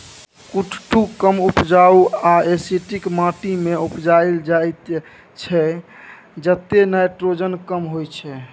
कुट्टू कम उपजाऊ आ एसिडिक माटि मे उपजाएल जाइ छै जतय नाइट्रोजन कम होइ